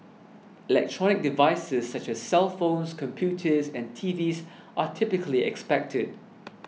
electronic devices such as cellphones computers and T Vs are typically expected